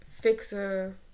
fixer